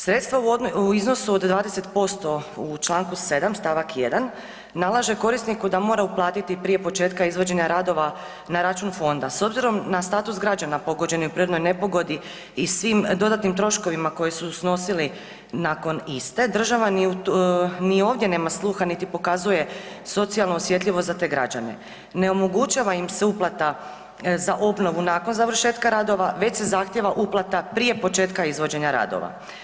Sredstva u iznosu od 20% u čl. 7. st. 1. nalaže korisniku da mora uplatiti prije početka izvođenja radova na račun fonda, s obzirom na status građana pogođenih u prirodnoj nepogodi i svim dodatnim troškovima koje su snosili nakon iste, država ni ovdje nema sluha niti pokazuje socijalnu osjetljivost za te građane, ne omogućava im se uplata za obnovu nakon završetka radova već se zahtjeva uplata prije početka izvođenja radova.